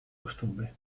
costumbre